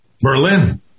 Berlin